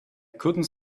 couldn’t